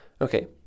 Okay